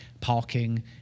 parking